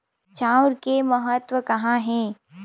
चांउर के महत्व कहां हे?